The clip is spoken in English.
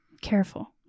Careful